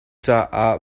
caah